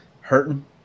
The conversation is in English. hurting